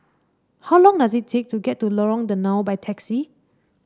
how long does it take to get to Lorong Danau by taxi